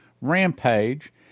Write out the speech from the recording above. rampage